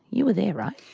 you were there right?